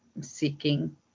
seeking